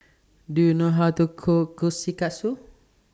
Do YOU know How to Cook Kushikatsu